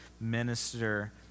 minister